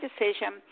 decision